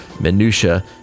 minutiae